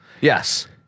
Yes